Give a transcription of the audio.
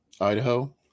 Idaho